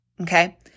okay